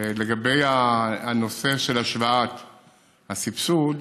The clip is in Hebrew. בנושא של השוואת הסבסוד,